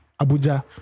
Abuja